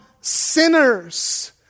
sinners